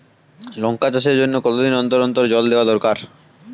লঙ্কা চাষের জন্যে কতদিন অন্তর অন্তর জল দেওয়া দরকার?